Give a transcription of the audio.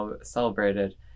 celebrated